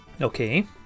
Okay